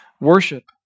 worship